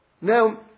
Now